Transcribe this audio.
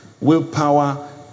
willpower